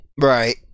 Right